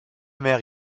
mère